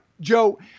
Joe